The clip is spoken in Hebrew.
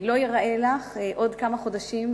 לא ייראה לך בעוד כמה חודשים,